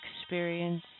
experience